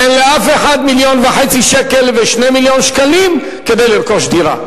אין לאף אחד מיליון וחצי שקל או 2 מיליון שקלים כדי לרכוש דירה.